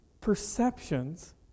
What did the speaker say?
perceptions